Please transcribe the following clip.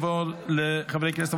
חברי הכנסת,